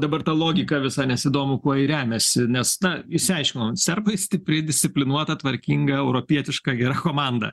dabar ta logika visa nes įdomu kuo ji remiasi nes na išsiaiškinom serbai stipri disciplinuota tvarkinga europietiška gera komanda